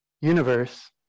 universe